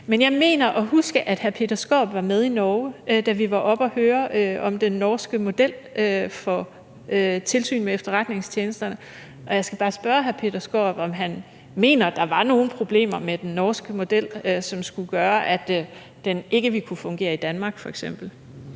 Men jeg mener at kunne huske, at hr. Peter Skaarup var med i Norge, da vi var oppe at høre om den norske model for tilsyn med efterretningstjenesterne, og jeg skal bare spørge hr. Peter Skaarup, om han mener, der var nogle problemer med den norske model, som skulle gøre, at den f.eks. ikke ville kunne fungere i Danmark. Kl.